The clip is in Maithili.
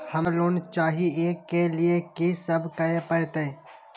हमरा शिक्षा लोन चाही ऐ के लिए की सब करे परतै?